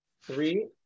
Three